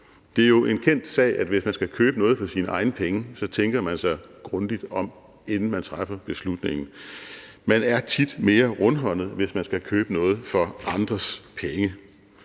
Det er jo en kendt sag, at hvis man skal købe noget for sine egne penge, tænker man sig grundigt om, inden man træffer beslutningen. Man er tit mere rundhåndet, hvis man skal købe noget for andres penge.